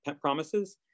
promises